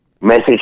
message